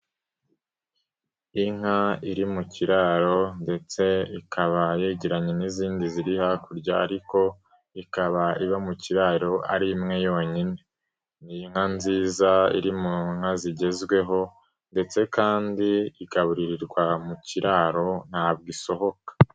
Inka iri mu kiraro ndetse ikabageranye n'izindi ziri hakurya ariko ikaba iba mu kiraro ari imwe yonyine. Ni inka nziza iri mu nka zigezweho ndetse kandi igaburirirwa mu kiraro ntabwo isohoka.